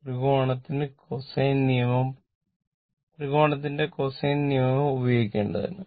ത്രികോണത്തിന് cosine നിയമം ഉപയോഗിക്കേണ്ടതാണ്